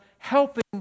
Helping